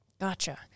Gotcha